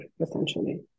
essentially